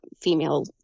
female